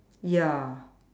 ya